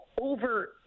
over